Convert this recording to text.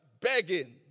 begging